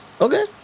Okay